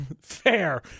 Fair